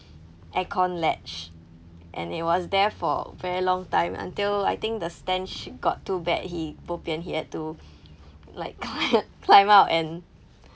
aircon ledge and it was there for very long time until I think the stench got too bad he bo bian he had to like go and climb out and